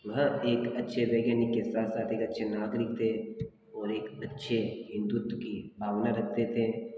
वह एक अच्छे वैज्ञानिक के साथ साथ एक नागरिक थे और एक अच्छे हिन्दुत्व की भावना रखते थे